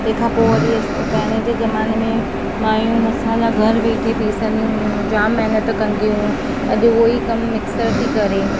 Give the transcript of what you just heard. तंहिंखां पोइ वरी पहिरिएं जे ज़माने में मायूं मसाल्हा घर वेठे पीसंदी हुयूं जामु महिनत कंदी हुयूं अॼु उहो ई कमु मिक्सर थी करे